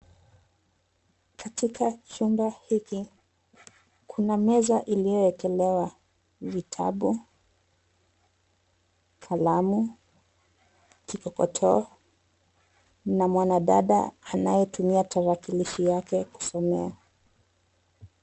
Katika chumba hiki, kuna meza iliyowekelewa vitabu, kalamu, kikokotoo na mwanadada anayetumia tarakilishi yake kusomea.